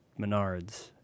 Menards